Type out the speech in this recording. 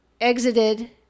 exited